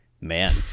man